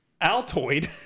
Altoid